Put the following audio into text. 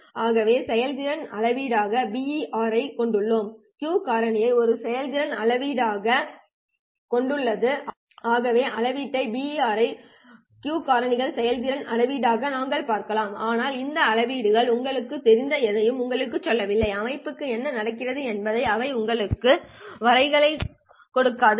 ஆகவே செயல்திறன் அளவீடாக BER ஐக் கொண்டுள்ளோம் Q காரணியை ஒரு செயல்திறன் அளவீடாக நாங்கள் பார்க்கலாம் ஆனால் இந்த அளவீடுகள் உங்களுக்குத் தெரிந்த எதையும் உங்களுக்குச் சொல்லவில்லை அமைப்புக்கு என்ன நடக்கிறது என்பதை அவை உங்களுக்கு வரைகலைக் கொடுக்காது